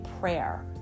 prayer